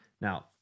now